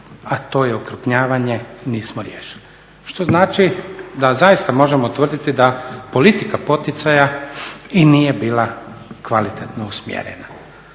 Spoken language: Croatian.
a to je okrupnjavanje nismo riješili, što znači da zaista možemo tvrditi da politika poticaja i nije bila kvalitetno usmjerena